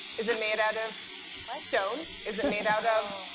is it made out of stone? is it made out of